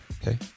Okay